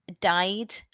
died